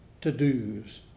to-dos